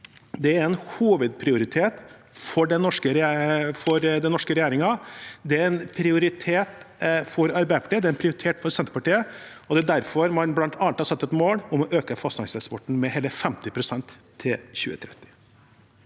Det er en hovedprioritet for den norske regjeringen. Det er en prioritet for Arbeiderpartiet, det er en prioritet for Senterpartiet, og det er derfor man bl.a. har satt et mål om å øke fastlandseksporten med hele 50 pst. innen 2030.